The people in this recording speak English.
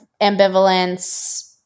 ambivalence